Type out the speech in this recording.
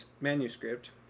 manuscript